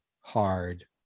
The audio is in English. hard